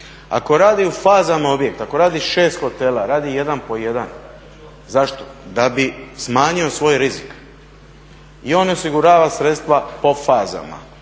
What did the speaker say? Ako radi u fazama objekta, ako radi 6 hotela radi jedan po jedan. Zašto? Da bi smanjio svoj rizik i on osigurava sredstva po fazama.